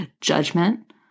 judgment